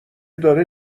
داره